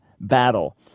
battle